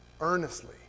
earnestly